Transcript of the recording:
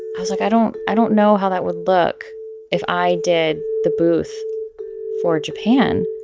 i was like, i don't i don't know how that would look if i did the booth for japan.